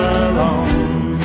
alone